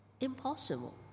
impossible